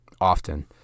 often